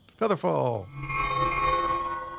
Featherfall